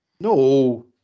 no